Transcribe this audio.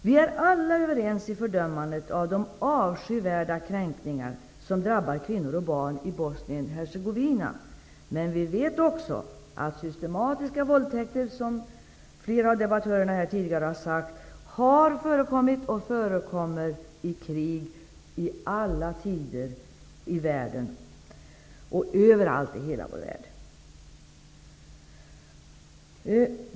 Vi är alla överens i fördömandet av de avskyvärda kränkningar som drabbar kvinnor och barn i Bosnien-Hercegovina. Men vi vet också att systematiska våldtäkter, vilket flera av debattörerna tidigare har nämnt, har förekommit och förekommer i krig i alla tider och överallt i hela vår värld.